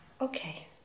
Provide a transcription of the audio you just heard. okay